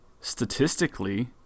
statistically